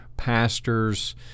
pastors